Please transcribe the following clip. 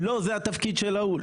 לא זה התפקיד של ההוא,